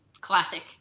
classic